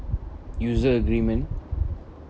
user agreement